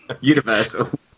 universal